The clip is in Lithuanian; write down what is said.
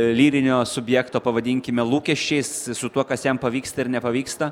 lyrinio subjekto pavadinkime lūkesčiais su tuo kas jam pavyksta ir nepavyksta